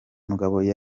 mugabo